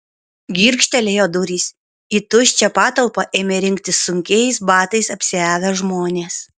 girgžtelėjo durys į tuščią patalpą ėmė rinktis sunkiais batais apsiavę žmonės